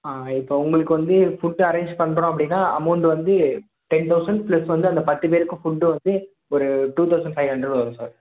ஆ இப்போ உங்களுக்கு வந்து ஃபுட்டு அரேஞ்ச் பண்ணுறோம் அப்படின்னா அமௌண்ட் வந்து டென் தௌசண்ட் ப்ளஸ் வந்து அந்த பத்துப் பேருக்கும் ஃபுட்டு வந்து ஒரு டூ தௌசண்ட் ஃபைவ் ஹண்ட்ரட் வரும் சார்